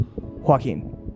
Joaquin